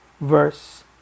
verse